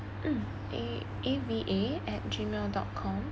mm A A V A at gmail dot com